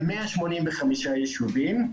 ב-185 ישובים,